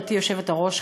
גברתי היושבת-ראש,